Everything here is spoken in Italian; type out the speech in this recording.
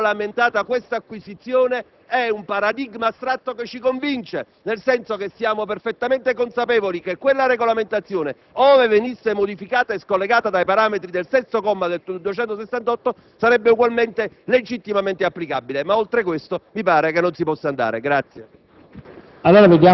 Come verrà regolamentata questa acquisizione è un paradigma astratto che ci convince, nel senso che siamo perfettamente consapevoli che quella regolamentazione, ove venisse modificata e scollegata dai parametri del citato comma 6 dell'articolo 268, sarebbe ugualmente legittimamente applicabile, ma oltre questo mi pare che non si possa andare.